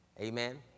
Amen